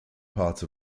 part